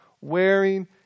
wearing